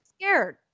scared